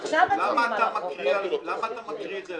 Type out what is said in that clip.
למה אתה מקריא את זה?